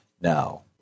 now